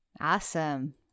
Awesome